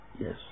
Yes